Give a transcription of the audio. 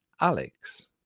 Alex